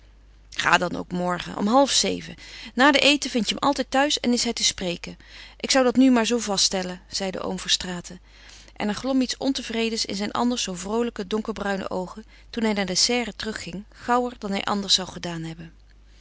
ga dan ook morgen om halfzeven na den eten vindt je hem altijd thuis en is hij te spreken ik zou dat nu zoo maar vaststellen zeide oom verstraeten en er glom iets ontevredens in zijn anders zoo vroolijke donkerbruine oogen toen hij naar de serre terugging gauwer dan hij anders zou gedaan hebben